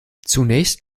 zunächst